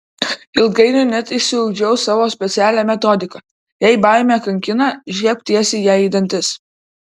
ilgainiui net išsiugdžiau savo specialią metodiką jei baimė kankina žiebk tiesiai jai į dantis